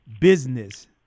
business